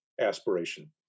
aspiration